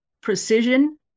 precision